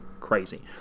crazy